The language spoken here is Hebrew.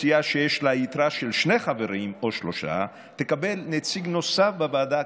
סיעה שיש לה יתרה של שני חברים או שלושה תקבל נציג נוסף בוועדה,